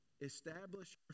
Establish